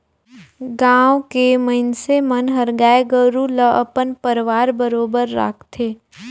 गाँव के मइनसे मन हर गाय गोरु ल अपन परवार बरोबर राखथे